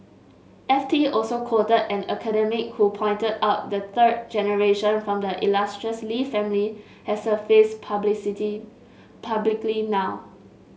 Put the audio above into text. F T also quoted an academic who pointed out the third generation from the illustrious Lee family has surfaced publicity publicly now